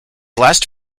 last